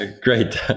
great